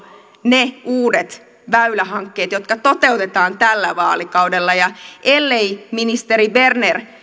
ne uudet väylähankkeet jotka toteutetaan tällä vaalikaudella ja ellei ministeri berner